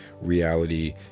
reality